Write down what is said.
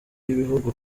y’ibihugu